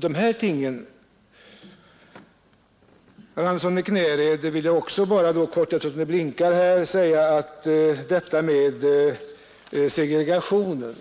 Till herr Andersson i Knäred vill jag bara kort säga, att detta med segregationen